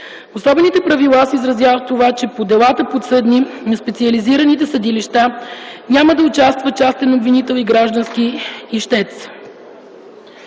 Особените правила се изразяват в това, че: 1. по делата, подсъдни на специализираните съдилища, няма да участват частен обвинител и граждански ищец;